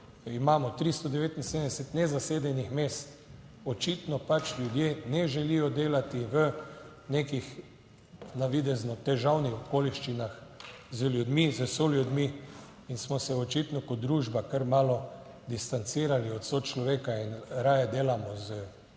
imamo 379 nezasedenih mest. Očitno pač ljudje ne želijo delati v nekih navidezno težavnih okoliščinah z ljudmi, s soljudmi. In smo se očitno kot družba kar malo distancirali od sočloveka in raje delamo z